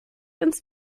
ins